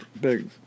big